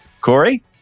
Corey